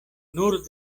nur